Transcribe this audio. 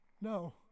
No